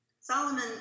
Solomon